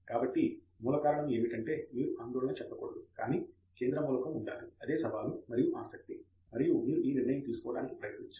కాబట్టి మూలకారణము ఏమిటంటే మీరు ఆందోళన చెందకూడదు కాని కేంద్ర మూలకం ఉండాలి అదే సవాలు మరియు ఆసక్తి మరియు మీరు ఈ నిర్ణయం తీసుకోవడానికి ప్రయత్నించాలి